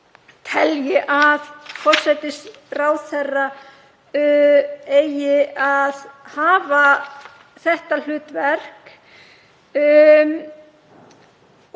telur að forsætisráðherra eigi að hafa þetta hlutverk.